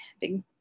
big